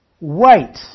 Wait